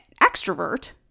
extrovert